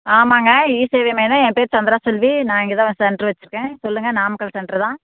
ஆமாங்க இசேவை மையம் தான் என் பேர் சந்திரா செல்வி நான் இங்கேதான் சென்ட்ரு வச்சுருக்கேன் சொல்லுங்க நாமக்கல் சென்ட்ரு தான்